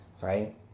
right